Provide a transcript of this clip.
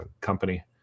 company